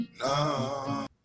No